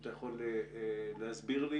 אם אתה יכול להסביר לי